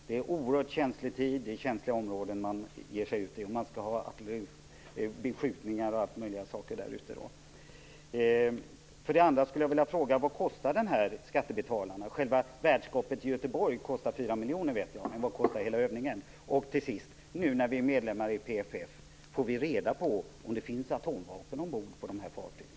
Det är en oerhört känslig tid, och det är känsliga områden som man ger sig ut i. Man skall öva skjutning och alla möjliga saker där ute. 2. Vad kostar den här övningen skattebetalarna? Själva värdskapet i Göteborg vet jag kostar 4 3. När vi nu är medlemmar i PFF, får vi reda på om det finns atomvapen ombord på de här fartygen?